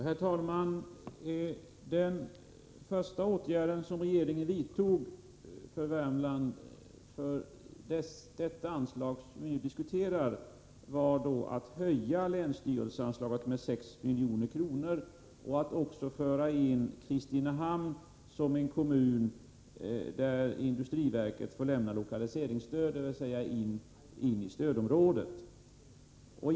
Herr talman! Den första åtgärd som regeringen vidtog för Värmland med avseende på det anslag som vi nu diskuterar var att höja länsstyrelseanslaget med 6 milj.kr. och att föra in också Kristinehamn bland de kommuner till vilka industriverket får lämna lokaliseringsstöd, dvs. till stödområdet.